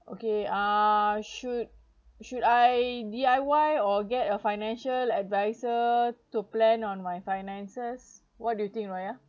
okay ah should should I D_I_Y or get a financial adviser to plan on my finances what do you think raya